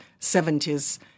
70s